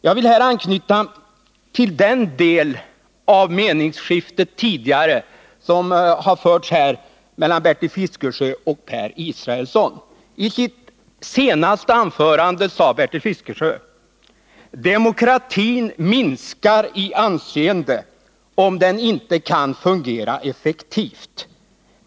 Jag vill här anknyta till meningsskiftet tidigare mellan Bertil Fiskesjö och Per Israelsson. I sitt senaste anförande sade Bertil Fiskesjö: Demokratin minskar i anseende, om den inte kan fungera effektivt.